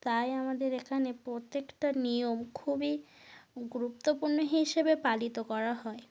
তাই আমাদের এখানে প্রত্যেকটা নিয়ম খুবই গুরুত্বপূর্ণ হিসেবে পালিত করা হয়